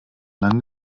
lang